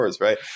right